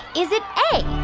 is it a,